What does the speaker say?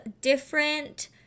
different